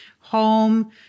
home